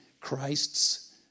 Christ's